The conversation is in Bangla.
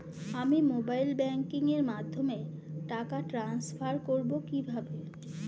আমি মোবাইল ব্যাংকিং এর মাধ্যমে টাকা টান্সফার করব কিভাবে?